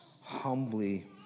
humbly